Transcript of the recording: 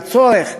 הצורך,